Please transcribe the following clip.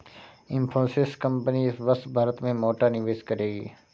Infosys company इस वर्ष भारत में मोटा निवेश करेगी